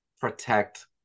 protect